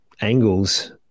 angles